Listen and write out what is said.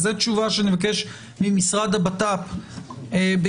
זה תשובה שאני מבקש ממשרד הבט"פ ביום